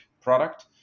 product